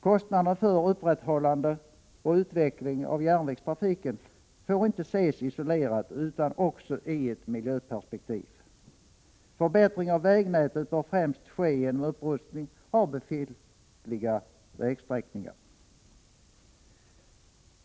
Kostnaderna för upprätthållande och utveckling av järnvägstrafiken får inte ses isolerat utan måste också ses i ett miljöperspektiv. Förbättring av vägnätet bör främst ske genom upprustning av befintliga vägsträckningar.